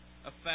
affect